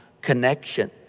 connection